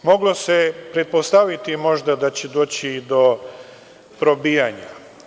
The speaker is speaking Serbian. Moglo se pretpostaviti možda da će doći do probijanja.